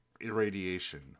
irradiation